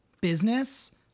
business